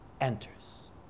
enters